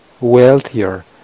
wealthier